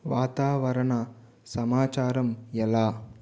వాతావరణ సమాచారం ఎలా